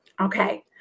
Okay